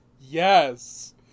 Yes